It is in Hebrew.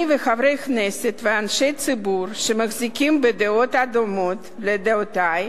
אני וחברי כנסת ואנשי ציבור שמחזיקים בדעות הדומות לדעותי,